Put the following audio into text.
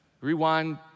rewind